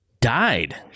died